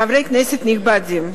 חברי כנסת נכבדים,